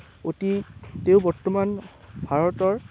অতি তেওঁ বৰ্তমান ভাৰতৰ